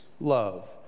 love